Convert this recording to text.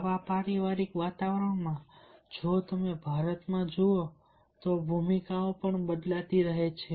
આવા પારિવારિક વાતાવરણમાં જો તમે ભારતમાં જુઓ તો ભૂમિકાઓ પણ બદલાતી રહે છે